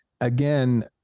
Again